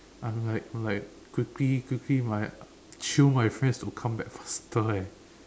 I'm like like quickly quickly my jio my friends to come back faster eh